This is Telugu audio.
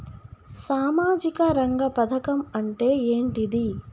సామాజిక రంగ పథకం అంటే ఏంటిది?